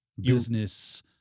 business